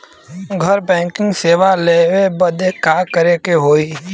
घर बैकिंग सेवा लेवे बदे का करे के होई?